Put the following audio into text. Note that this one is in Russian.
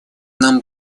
нам